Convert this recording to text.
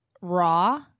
raw